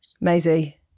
Maisie